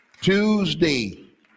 Tuesday